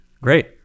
Great